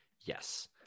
Yes